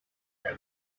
here